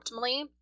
optimally